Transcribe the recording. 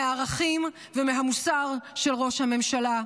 מהערכים ומהמוסר של ראש הממשלה.